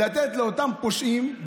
לתת לאותם פושעים,